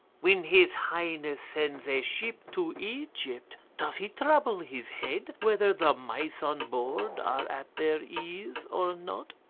when his highness sends a ship to egypt, does he trouble his head whether the mice on board are at their ease or not?